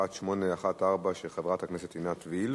מס' 1814, של חברת הכנסת עינת וילף,